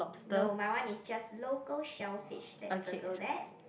no my one is just local shellfish let's circle that